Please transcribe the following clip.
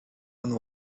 and